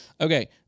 Okay